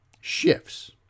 shifts